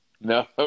No